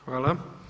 Hvala.